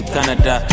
Canada